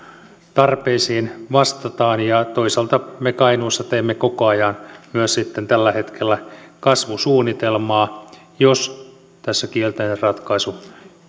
tarpeisiin vastataan ja toisaalta me sitten kainuussa teemme koko ajan myös tällä hetkellä kasvusuunnitelmaa jos tässä kielteinen ratkaisu